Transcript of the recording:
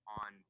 on